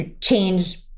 change